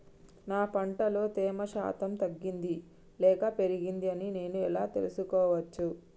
నా పంట లో తేమ శాతం తగ్గింది లేక పెరిగింది అని నేను ఎలా తెలుసుకోవచ్చు?